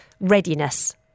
readiness